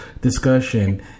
discussion